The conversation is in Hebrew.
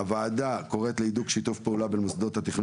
הוועדה קוראת להידוק שיתוף פעולה בין מוסדות התכנון